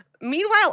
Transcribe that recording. Meanwhile